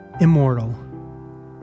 immortal